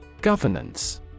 Governance